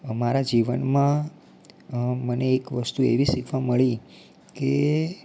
મારા જીવનમાં મને એક વસ્તુ એવી શીખવા મળી કે